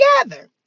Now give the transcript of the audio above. together